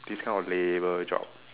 this kind of labour job